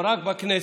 או רק בכנסת,